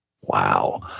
Wow